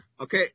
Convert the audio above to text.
Okay